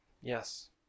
Yes